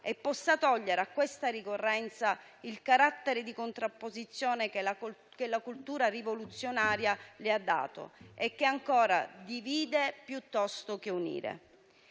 e possa togliere a questa ricorrenza il carattere di contrapposizione che la cultura rivoluzionaria le ha dato e che ancora divide piuttosto che unire.